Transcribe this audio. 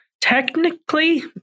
Technically